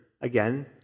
again